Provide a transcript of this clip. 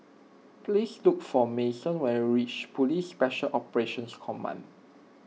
please look for Manson when you reach Police Special Operations Command